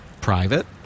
private